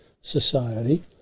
society